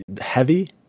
heavy